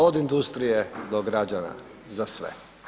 Od industrije do građana, za sve.